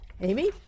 Amy